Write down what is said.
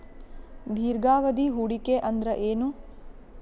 ದೀರ್ಘಾವಧಿ ಹೂಡಿಕೆ ಅಂದ್ರ ಏನು?